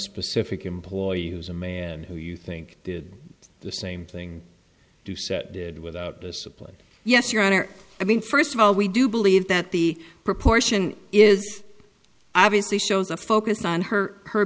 specific employee who's a man who you think did the same thing doucette did without discipline yes your honor i mean first of all we do believe that the proportion is obviously shows a focus on her her